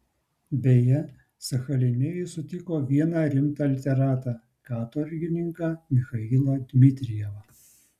beje sachaline jis sutiko vieną rimtą literatą katorgininką michailą dmitrijevą